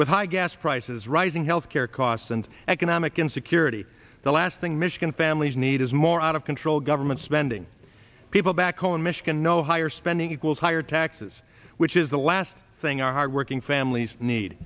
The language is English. with high gas prices rising health care costs and economic insecurity the last thing michigan families need is more out of control government spending people back home in michigan no higher spending equals higher taxes which is the last thing our hardworking families need